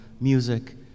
music